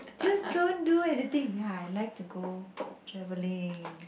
just don't do anything ya I like to go travelling